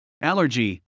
allergy